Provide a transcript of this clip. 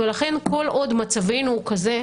לכן כל עוד מצבנו הוא כזה,